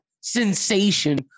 sensation